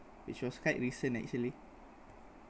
which was quite recent actually